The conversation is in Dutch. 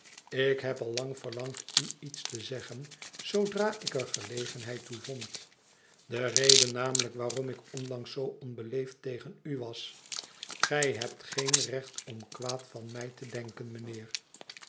ik heb al lang verlangd u iets te zeggen zoodraiker gelegenheid toe vond de reden namelijk waarom ik onlangs zoo onbeleefd tegen u was gij hebt geen recht om kwaad van mij te denken mijnheer